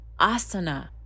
asana